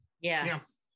Yes